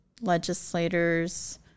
legislators